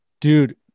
dude